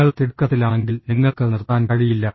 നിങ്ങൾ തിടുക്കത്തിലാണെങ്കിൽ നിങ്ങൾക്ക് നിർത്താൻ കഴിയില്ല